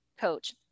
coach